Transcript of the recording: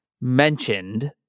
mentioned